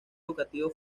educativo